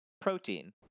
Protein